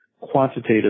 quantitative